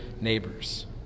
neighbors